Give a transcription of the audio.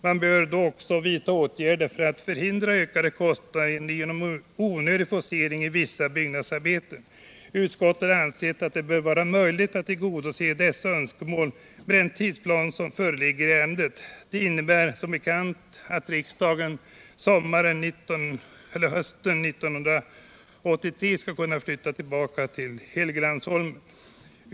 Man bör då också vidta åtgärder för att förhindra ökade kostnader genom onödig forcering av vissa byggnadsarbeten. Utskottet har ansett att det bör vara möjligt att tillgodose dessa önskemål med den tidsplan som föreligger i ärendet. Det innebär som bekant att riksdagen sommaren / hösten 1983 skall kunna flytta tillbaka till Helgeandsholmen.